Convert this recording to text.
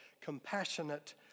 compassionate